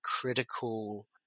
critical